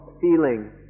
feeling